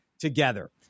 together